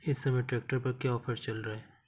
इस समय ट्रैक्टर पर क्या ऑफर चल रहा है?